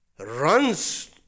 Runs